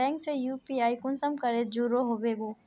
Bank से UPI कुंसम करे जुड़ो होबे बो?